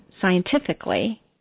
scientifically